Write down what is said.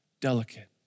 delicate